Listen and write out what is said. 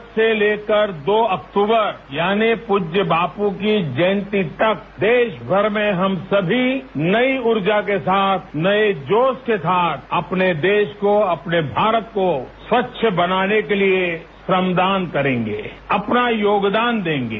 आज से लेकर दो अक्टूबर यानी पूज्य बापू की जयंती तक देशभर में हम सभी नई ऊर्जा के साथ नए जोश के साथ अपने देश को अपने भारत को स्वच्छ बनाने के लिए श्रमदान करेंगे अपना योगदान देंगे